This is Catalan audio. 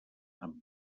amb